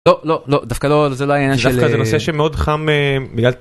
לא לא לא דווקא לא זה לא העניין של... דווקא זה נושא שמאוד חם בגלל.